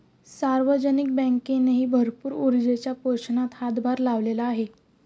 सार्वजनिक बँकेनेही भरपूर ऊर्जेच्या पोषणात हातभार लावलेला आहे